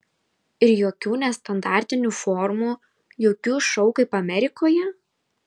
ir jokių nestandartinių formų jokių šou kaip amerikoje